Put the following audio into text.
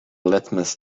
litmus